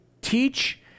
teach